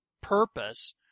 purpose